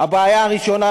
הבעיה הראשונה